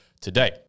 Today